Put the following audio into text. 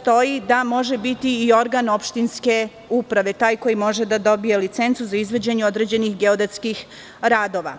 stoji da može biti i organ opštinske uprave, taj koji može da dobije licencu za izvođenje određenih geodetskih radova.